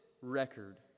record